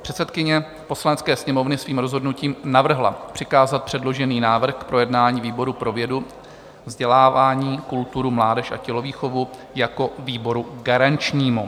Předsedkyně Poslanecké sněmovny svým rozhodnutím navrhla přikázat předložený návrh k projednání výboru pro vědu, vzdělávání, kulturu, mládež a tělovýchovu jako výboru garančnímu.